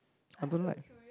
I don't like